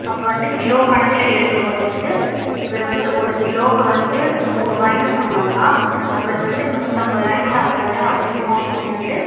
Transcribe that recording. அப்போ வந்து கிலோ கணக்கில் எடுக்கும் போது வந்து இவர் வந்து ஒரு கிலோவுக்கு வந்து நூறுரூவாய்ன்னு சொன்னோம்னால் அவர் வந்து நூற்றம்பது ரூபாய்ன்னு போட்டு ஐம்பது ரூபா அதிகமாக போட்டு வந்து